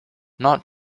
not